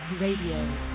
radio